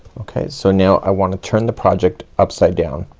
okay, so now i wanna turn the project upside down.